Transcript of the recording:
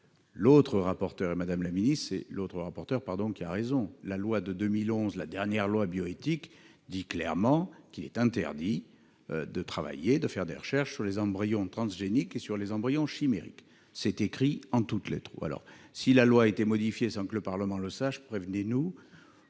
aussi rapporteure, et Mme la ministre, c'est la première qui a raison : la loi de 2011, dernière loi bioéthique, dit clairement qu'il est interdit de travailler et de faire des recherches sur les embryons transgéniques et sur les embryons chimériques. C'est écrit en toutes lettres ; si la loi a été modifiée sans que le Parlement le sache, prévenez-nous,